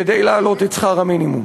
כדי להעלות את שכר המינימום.